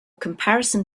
comparison